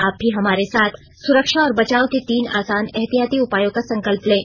आप भी हमारे साथ सुरक्षा और बचाव के तीन आसान एहतियाती उपायों का संकल्प लें